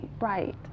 Right